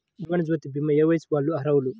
జీవనజ్యోతి భీమా ఏ వయస్సు వారు అర్హులు?